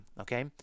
okay